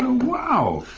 ah wow!